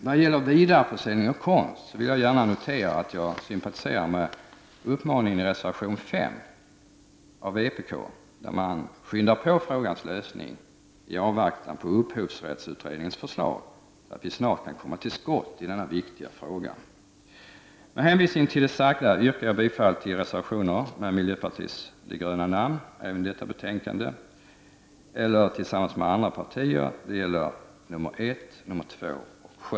När det gäller vidareförsäljning av konst vill jag gärna notera att jag sympatiserar med uppmaningen i reservation 5 från vpk. Vpk vill med denna reservation påskynda frågans lösning i avvaktan på upphovsrättsutredningens förslag, så att man snart kan så att säga komma till skott i denna viktiga fråga. Med hänvisning till det sagda yrkar jag bifall även till de reservationer i betänkande 18 där miljöpartiet finns med, nämligen reservationerna 1, 2 och 7.